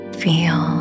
feel